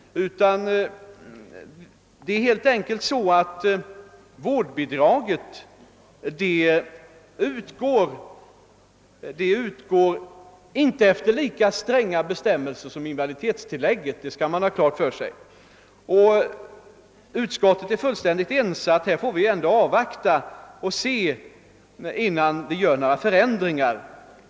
Man skall dessutom ha klart för sig, att vårdbidraget utgår inte efter lika stränga bestämmelser som invaliditetstillägget. Utskottet är fullständigt enigt om att vi får avvakta erfarenheterna på detta område, innan vi gör några förändringar.